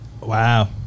Wow